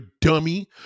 dummy